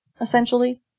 essentially